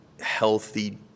healthy